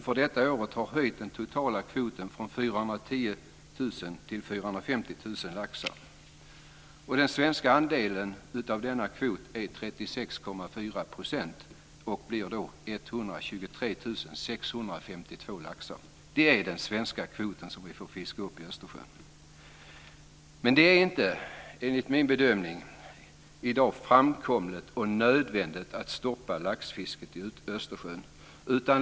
För detta år har de höjt den totala kvoten från 410 000 till 450 000 Det blir 123 652 laxar. Det är den svenska kvoten, som vi får fiska upp i Östersjön. Men det är inte, enligt min bedömning, framkomligt och nödvändigt i dag att stoppa laxfisket i Östersjön.